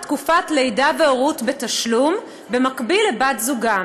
תקופת לידה והורות בתשלום במקביל לבת-זוגם,